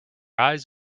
eyes